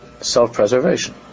self-preservation